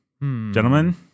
gentlemen